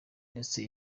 ndetse